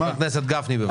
חבר הכנסת גפני בבקשה.